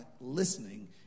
listening